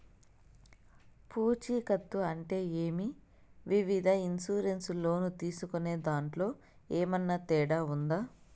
పూచికత్తు అంటే ఏమి? వివిధ ఇన్సూరెన్సు లోను తీసుకునేదాంట్లో ఏమన్నా తేడా ఉందా?